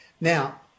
Now